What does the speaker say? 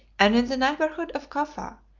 and in the neighborhood of cufa,